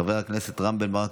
חבר הכנסת רם בן ברק,